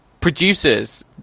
producers